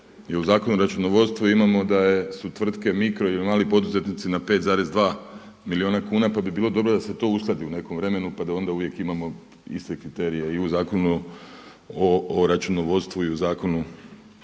u Zakonu o računovodstvu imamo da su tvrtke mikro ili mali poduzetnici na 5,2 milijuna kuna pa bi bilo dobro da se to uskladi u nekom vremenu pa da onda uvijek imamo iste kriterije i u Zakonu o računovodstvu i u Zakonu